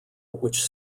which